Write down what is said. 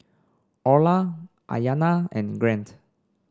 Orla Aiyana and Grant